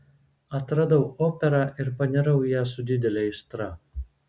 atradau operą ir panirau į ją su didele aistra